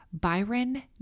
Byron